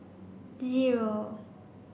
zero